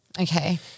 okay